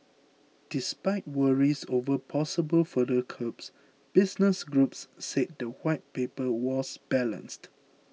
despite worries over possible further curbs business groups said the White Paper was balanced